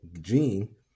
gene